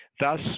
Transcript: Thus